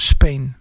Spain